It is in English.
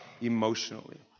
emotionally